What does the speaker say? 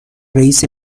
رئیس